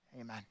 Amen